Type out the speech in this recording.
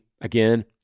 again